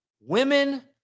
women